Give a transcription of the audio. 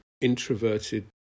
introverted